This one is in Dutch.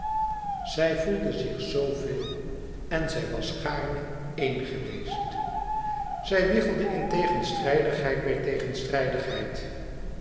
zij voelde zich zoo véel en zij was gaarne éen geweest zij wiegelde in tegenstrijdigheid bij tegenstrijdigheid